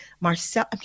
Marcel